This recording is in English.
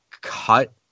cut